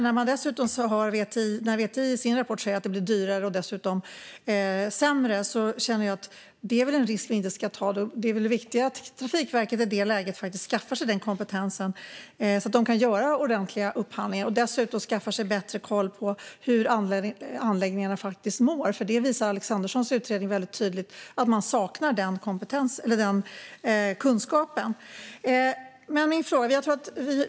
När VTI säger i sin rapport att det blir dyrare och dessutom sämre känner jag att det är en risk som vi inte ska ta. Det är väl viktigare att Trafikverket i det läget faktiskt skaffar sig den kompetensen, så att de kan göra ordentliga upphandlingar, och dessutom skaffar bättre koll på hur anläggningarna faktiskt mår? Alexanderssons utredning visar tydligt att man saknar den kunskapen.